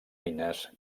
mines